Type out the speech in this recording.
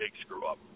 screw-up